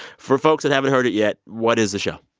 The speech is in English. for folks that haven't heard it yet, what is the show?